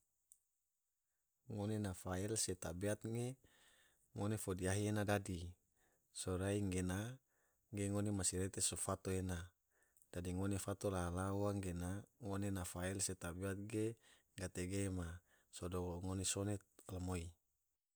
Ngone na fael se na tabeat ge ngone fo diahi ena dadi, sorai gena ge ngone masirete so fato ena, dadi ngone fato laha laha ua gena ngone na fael se tabeat ge gate ge ma sodo ngone sone alumoi.